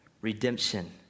redemption